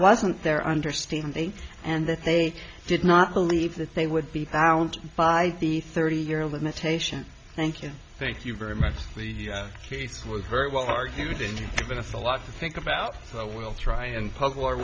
wasn't their understanding and that they did not believe that they would be found by the thirty year limitation thank you thank you very much the case was very well argued and you give us a lot of think about well we'll try and pu